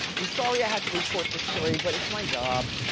i'm sorry i had to report this story but it's my job.